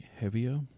heavier